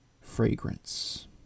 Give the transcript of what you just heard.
fragrance